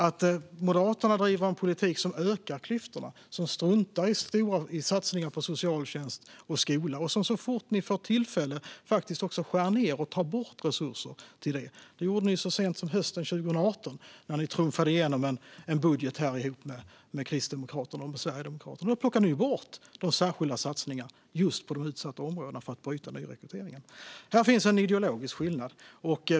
Ni moderater driver en politik som ökar klyftorna, och ni struntar i satsningar på socialtjänst och skola. Så fort ni får tillfälle skär ni faktiskt ned och tar bort resurser till detta. Det gjorde ni så sent som hösten 2018, då ni trumfade igenom en budget här ihop med Kristdemokraterna och Sverigedemokraterna. Då plockade ni ju bort de särskilda satsningarna just på de utsatta områdena för att bryta nyrekryteringen. Här finns en ideologisk skillnad.